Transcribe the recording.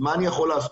אז מה אני יכול לעשות?